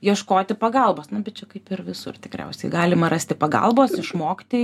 ieškoti pagalbos na bet čia kaip ir visur tikriausiai galima rasti pagalbos išmokti